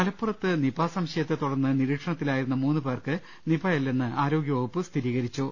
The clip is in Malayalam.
മലപ്പുറത്ത് നിപ സംശയത്തെ തുടർന്ന് നിരീക്ഷണത്തിലായിരുന്ന മൂന്ന് പേർക്ക് നിപയല്ലെന്ന് ആരോഗ്യവകുപ്പ് സ്ഥിരീകരിച്ചു